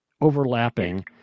overlapping